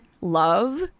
love